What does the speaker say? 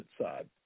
side